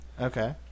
Okay